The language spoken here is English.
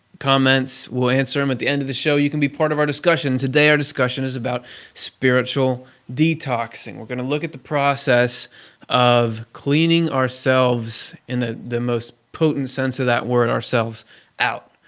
comments, we'll answer them at the end of the show. you can be part of our discussion. today our discussion is about spiritual detoxing. we're going to look at the process of cleaning ourselves in the the most potent sense of that word ourselves out.